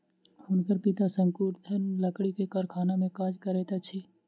हुनकर पिता शंकुधर लकड़ी के कारखाना में काज करैत छथि